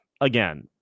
again